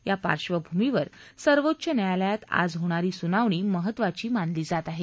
या पार्श्वभूमीवर सर्वोच्च न्यायालयात आज होणारी सुनावणी महत्त्वाची मानली जात आहे